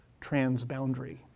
transboundary